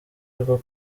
rwo